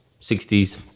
60s